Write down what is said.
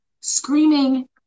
screaming